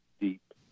deep